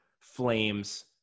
Flames